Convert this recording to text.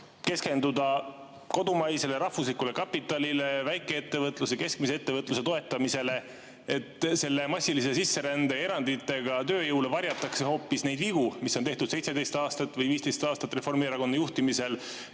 keskenduda kodumaisele rahvuslikule kapitalile, väikeettevõtete ja keskmise [suurusega] ettevõtete toetamisele? Selle massilise sisserände eranditega tööjõu osas varjatakse hoopis neid vigu, mida on 17 aastat või 15 aastat Reformierakonna juhtimisel